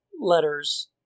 letters—